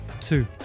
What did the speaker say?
two